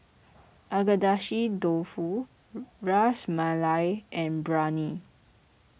Agedashi Dofu Ras Malai and Biryani